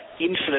infinite